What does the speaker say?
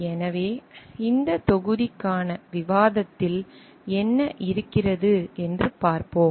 எனவே இந்த தொகுதிக்கான விவாதத்தில் என்ன இருக்கிறது என்று பார்ப்போம்